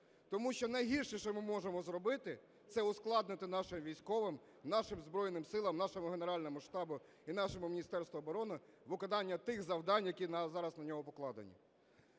Тому що найгірше, що ми можемо зробити,– це ускладнити нашим військовим, нашим Збройним Силам, нашому Генеральному штабу і нашому Міністерству оборони виконання тих завдань, які зараз на нього покладені.